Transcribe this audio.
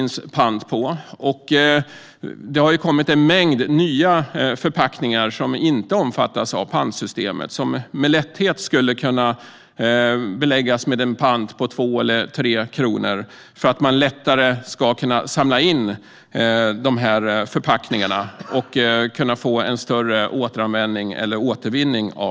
Nu har det kommit en mängd nya förpackningar som inte omfattas av pantsystemet men som med lätthet skulle kunna beläggas med en pant på 2 eller 3 kronor för att man lättare ska kunna samla in dem och få en större återanvändning eller återvinning.